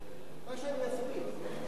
מה שאני אספיק, של